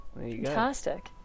fantastic